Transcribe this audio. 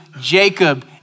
Jacob